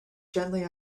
gently